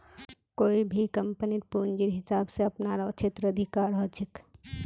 कोई भी कम्पनीक पूंजीर हिसाब स अपनार क्षेत्राधिकार ह छेक